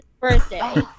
birthday